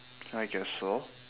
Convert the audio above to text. I guess so